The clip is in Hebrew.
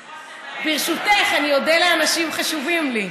ברשותך, אני אודה לאנשים חשובים לי,